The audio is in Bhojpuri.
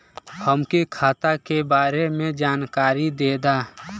हमके खाता के बारे में जानकारी देदा?